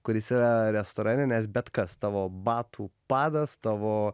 kuris yra restorane nes bet kas tavo batų padas tavo